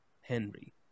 Henry